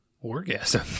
orgasm